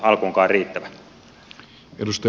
arvoisa herra puhemies